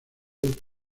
del